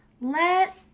Let